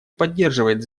поддерживает